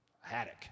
Haddock